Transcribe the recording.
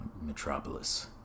Metropolis